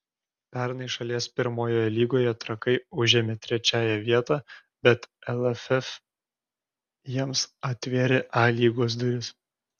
pernai šalies pirmojoje lygoje trakai užėmė trečiąją vietą bet lff jiems atvėrė a lygos duris